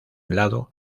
lado